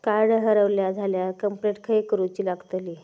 Card हरवला झाल्या complaint खय करूची लागतली?